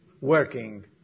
working